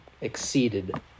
Exceeded